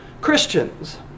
Christians